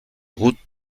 route